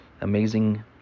amazing